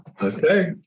Okay